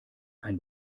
ein